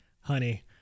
honey